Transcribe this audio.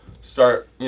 start